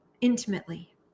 intimately